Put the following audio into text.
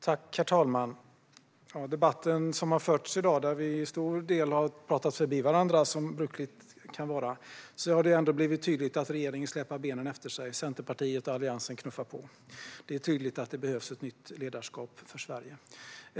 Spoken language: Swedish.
Herr talman! I den debatt som förts i dag har vi till stora delar pratat förbi varandra, så som brukligt kan vara, men det har ändå blivit tydligt att regeringen släpar benen efter sig och att Centerpartiet och Alliansen knuffar på. Det är tydligt att det behövs ett nytt ledarskap för Sverige.